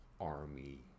army